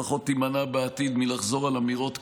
לפחות תימנע בעתיד מלחזור על אמירות כאלה,